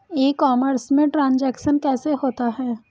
ई commerce में transaction कैसे होता है?